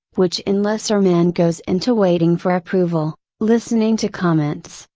which in lesser men goes into waiting for approval, listening to comments,